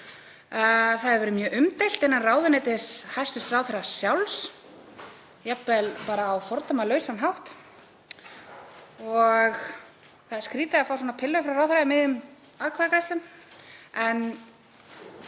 Það hefur verið mjög umdeilt innan ráðuneytis hæstv. ráðherra sjálfs, jafnvel bara á fordæmalausan hátt, og það er skrýtið að fá svona pillu frá ráðherra í miðjum atkvæðagreiðslum.